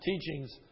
teachings